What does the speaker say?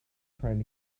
trying